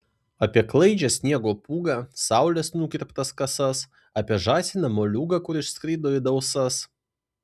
apie klaidžią sniego pūgą saulės nukirptas kasas apie žąsiną moliūgą kur išskrido į dausas